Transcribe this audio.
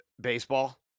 baseball